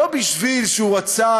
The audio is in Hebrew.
לא כי הוא רצה,